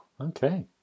okay